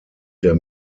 der